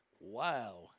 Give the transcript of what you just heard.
Wow